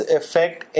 affect